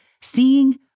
seeing